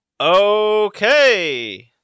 Okay